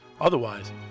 otherwise